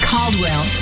Caldwell